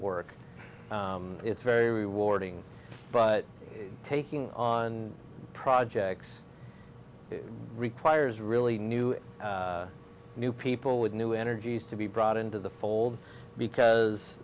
work it's very rewarding but taking on projects requires really new and new people with new energies to be brought into the fold because